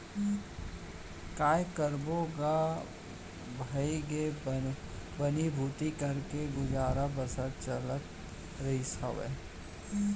काय करबो गा भइगे बनी भूथी करके गुजर बसर चलत रहिस हावय